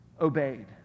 obeyed